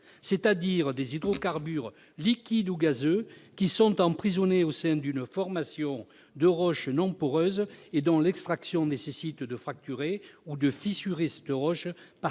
c'est-à-dire des hydrocarbures liquides ou gazeux qui sont emprisonnés au sein d'une formation de roche non poreuse et dont l'extraction nécessite de fracturer ou de fissurer cette roche par quelque